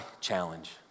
challenge